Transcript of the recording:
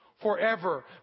forever